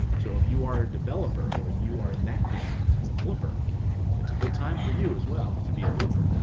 so if you are a developer or you are in that game as a flipper it's a good time for you as well to be a flipper.